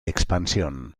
expansión